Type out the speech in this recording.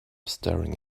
staring